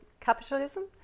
capitalism